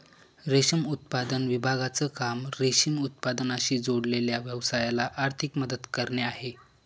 रेशम उत्पादन विभागाचं काम रेशीम उत्पादनाशी जोडलेल्या व्यवसायाला आर्थिक मदत करणे आहे